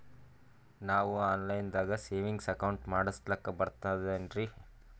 ನಾವು online ದಾಗ savings account ಮಾಡಸ್ಲಾಕ ಬರ್ತದೇನ್ರಿ?